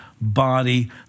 body